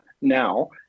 now